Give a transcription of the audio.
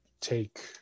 take